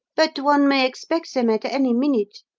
but one may expect them at any minute.